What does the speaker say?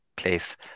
place